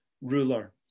ruler